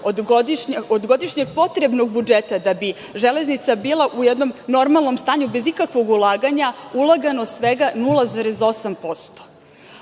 od godišnjeg potrebnog budžeta, da bi železnica bila u jednom normalnom stanju, bez ikakvog ulaganja, ulagano svega 0,8%.